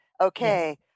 Okay